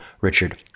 Richard